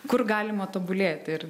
kur galima tobulėti ir